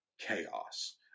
chaos